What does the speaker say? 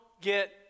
get